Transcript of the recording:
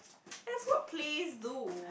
that's what plays do